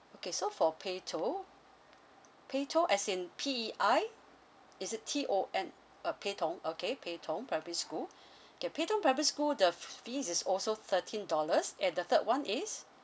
okay so for pei tong pei tong as in P E I is it T O N uh pei tong okay pei tong primary school okay pei tong primary school the fees is also thirteen dollars and the third [one] is